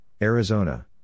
Arizona